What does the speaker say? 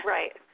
Right